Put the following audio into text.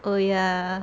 oh ya